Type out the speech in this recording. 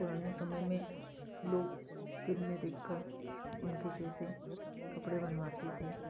पूराने समय में लोग फ़िल्में देखकर उनके जैसे कपड़े बनवाते थे